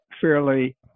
fairly